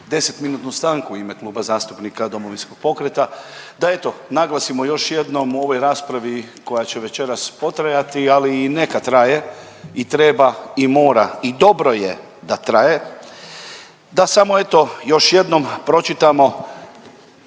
10-minutnu stanku u ime Kluba zastupnika Domovinskog pokreta da eto naglasimo još jednom u ovoj raspravi koja će večeras potrajati, ali i neka traje i treba i mora i dobro je da traje, da samo eto još jednom pročitamo